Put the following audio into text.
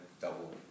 double